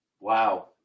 Wow